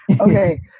Okay